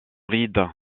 rides